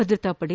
ಭದ್ರತಾ ಪಡೆ